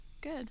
good